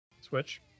Switch